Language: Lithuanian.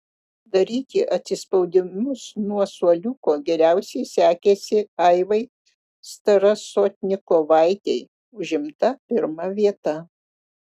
daryti atsispaudimus nuo suoliuko geriausiai sekėsi aivai starasotnikovaitei užimta pirma vieta